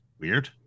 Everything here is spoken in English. weird